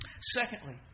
Secondly